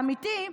האמיתי,